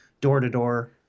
door-to-door